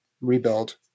rebuild